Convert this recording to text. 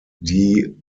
die